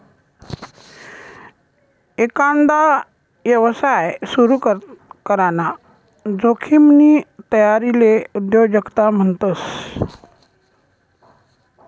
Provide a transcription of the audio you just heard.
एकांदा यवसाय सुरू कराना जोखिमनी तयारीले उद्योजकता म्हणतस